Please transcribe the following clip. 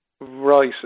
Right